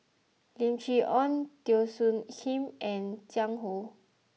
Lim Chee Onn Teo Soon Kim and Jiang Hu